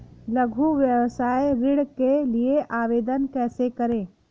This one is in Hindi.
लघु व्यवसाय ऋण के लिए आवेदन कैसे करें?